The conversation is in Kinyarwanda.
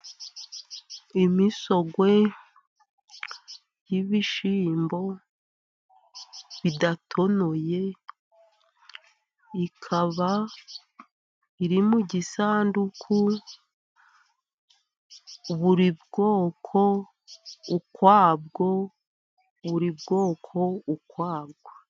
Imisorwe y'ibishyimbo bidatonoye, ikaba iri mu gisanduku buri bwoko ukwabwo, buri bwoko ukwabwo.